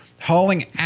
hauling